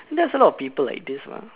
that's a lot of people like this mah